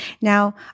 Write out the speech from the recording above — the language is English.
Now